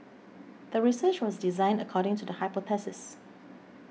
the research was designed according to the hypothesis